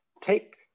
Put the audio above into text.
Take